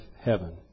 heaven